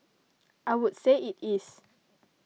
I would say it is